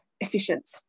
efficient